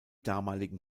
damaligen